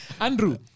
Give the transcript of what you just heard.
Andrew